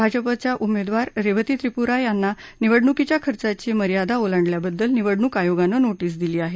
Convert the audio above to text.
भाजपाच्या उमेदवार रेवती त्रिपुरा यांना निवडणुकीच्या खर्चाची मर्यादा ओलांडल्याबद्दल निवडणूक आयोगानं नोटीस दिली आहे